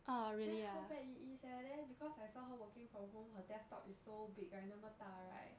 that's how bad it is eh then because I saw her working from home her desktop is so big right 那么大 right